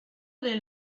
del